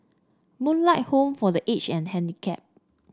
Moonlight Home for The Aged and Handicapped